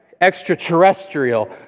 extraterrestrial